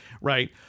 Right